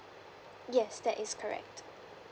yes that is correct